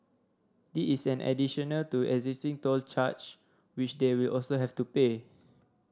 this is in additional to existing toll charge which they will also have to pay